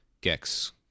gex